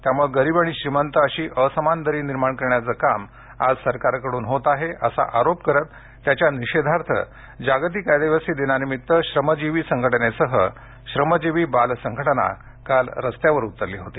त्यामुळे गरीब आणि श्रीमंत अशी असमान दरी निर्माण करण्याचं काम आज सरकार कडून होत आहे असा आरोप करत त्याच्या निषेधार्थ जागतिक आदिवासी दिनानिमित्त श्रमजीवी संघटनेसह श्रमजीवी बाल संघटना काल रस्त्यावर उतरली होती